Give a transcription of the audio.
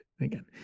again